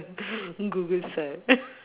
google sear~